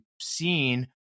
seen